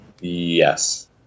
yes